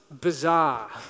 bizarre